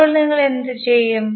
അപ്പോൾ നിങ്ങൾ എന്തു ചെയ്യും